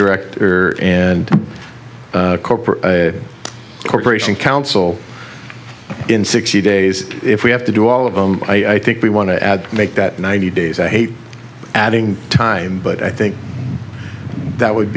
director and corporate corporation counsel in sixty days if we have to do all of them i think we want to add make that ninety days i hate adding time but i think that would